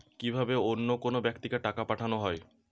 কি ভাবে অন্য কোনো ব্যাক্তিকে টাকা পাঠানো হয়?